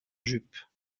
jupes